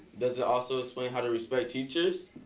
does it also explain how to respect teachers?